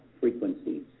frequencies